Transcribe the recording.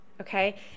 okay